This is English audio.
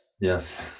Yes